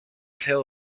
tale